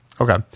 Okay